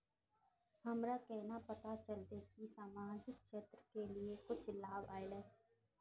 हमरा केना पता चलते की सामाजिक क्षेत्र के लिए कुछ लाभ आयले?